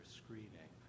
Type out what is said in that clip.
screening